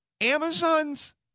Amazon's